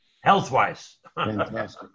health-wise